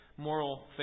Moral